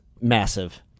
massive